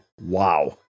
Wow